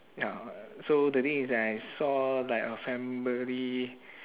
ya so the thing is that I saw like a family